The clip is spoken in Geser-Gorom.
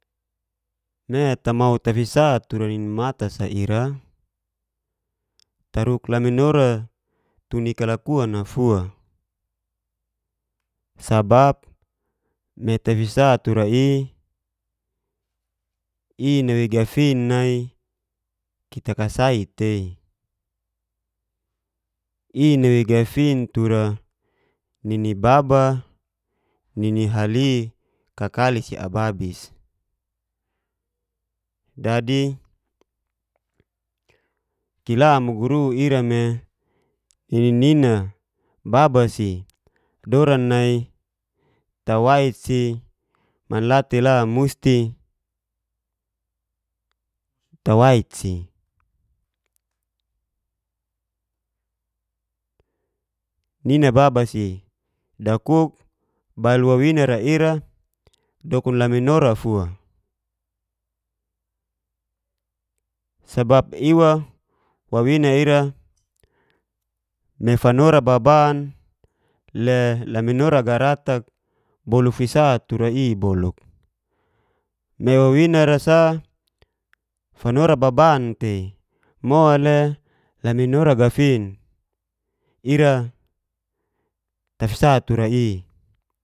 Me mau tafisa tura ninimata sa ira taruk ni laminora tua nikalakuan'a fua sabap me tafisa tura'i inawei gafin nai kita kasai tei inawei gafin tura nini baba ninihali kakali siababis, dadi kila muguru ira me nini babasi doran nai tawait si manla te la musti tawait si nina babasi bail bail wawinara ira dokun laminora fua sabap iwa wawina ira me fanora baban le laminora garatak bolu fisa tura'i bolok, me wawinara sa fanora baban tei mole laminora gafin ira tafisa tura'i